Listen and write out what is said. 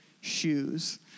shoes